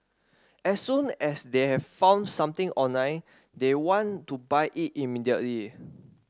as soon as they have found something online they want to buy it immediately